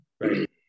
Right